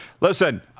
Listen